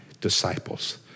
disciples